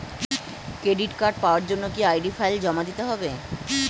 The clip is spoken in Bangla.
ক্রেডিট কার্ড পাওয়ার জন্য কি আই.ডি ফাইল জমা দিতে হবে?